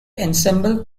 ensemble